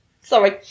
Sorry